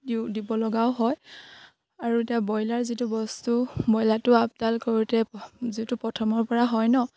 দিওঁ দিব লগাও হয় আৰু এতিয়া ব্ৰইলাৰ যিটো বস্তু ব্ৰইলাৰটো আপদাল কৰোঁতে যিটো প্ৰথমৰ পৰা হয় ন